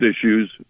issues